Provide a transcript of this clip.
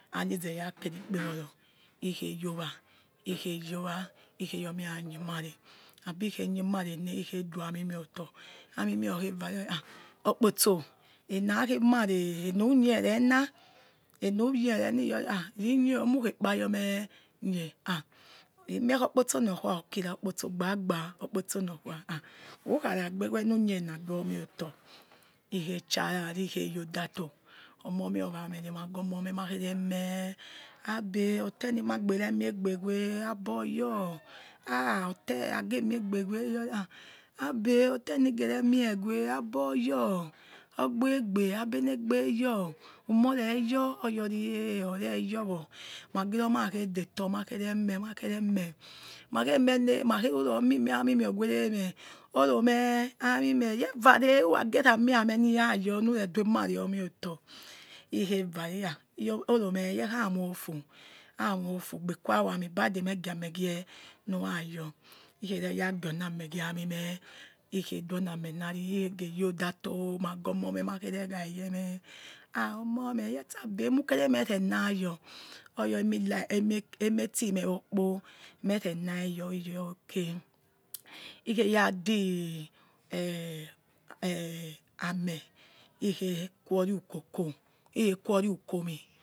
Anizeya keri kpeghoro ikheyowa ikheyowa ikhayor mera yemare abi khe yenemare ne ikhedu amimeoto amimiokhe vare o ha okpotso enakhe mare enarunie erena rineo ri yor ha rineo emukhe paormanie ha he mie okpotso nokhuw rukira okpotso gbagba okpotono khaa ha who khara gbe o wenu niena duo mieotor ikhechiaraee ikhe yor dator omomeh owamera magi omomoh mekhare meh abe abor oyor ha oter agemieh agbe weh abbay ote nigera mie weh abor yor ogbor regbor enegbey or whomo reyor or yovu eh ireyor wor makhiro makhedetor nakere makereme make mene makhe nuro me imie amime owereme orome amimeh yevare whorage rame ame nura yor nure duemare or meotor ikhevare ha oromeh ye khanofu amofu gbequawo yameh ibade megie amegie nurayor ikhemgi oniame gia amime ikheduioni anunari ikhegeyi odator magi omome ma khere ghaye meh ha omomeh abbey yetse emukere mere na yor emi like eme emeti mewokpo merenai yor iyor ok ikheya di eh eh ame ikhequori ikoko ikhe quoi ukomi